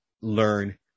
learn